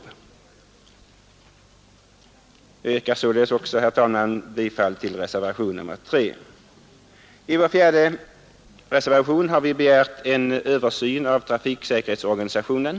Jag yrkar således också, herr talman, bifall till reservationen 3, under förutsättning att reservationen 1 b bifallits. I reservationen 4 har vi begärt en översyn av trafiksäkerhetsorganisationen.